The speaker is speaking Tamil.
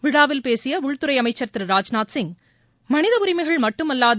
விழாவில் பேசிய உள்துறை அமைச்சர் திரு ராஜ்நாத் சிங் மனித உரிமைகள் மட்டுமல்லாது